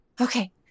Okay